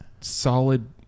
solid